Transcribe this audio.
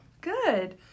Good